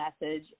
message